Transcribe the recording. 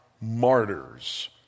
martyrs